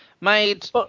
made